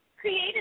created